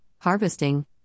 harvesting